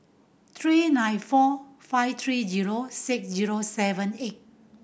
three nine four five three zero six zero seven eight